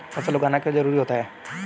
फसल उगाना क्यों जरूरी होता है?